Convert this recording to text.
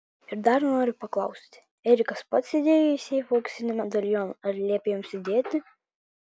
ir dar noriu paklausti erikas pats įdėjo į seifą auksinį medalioną ar liepė jums įdėti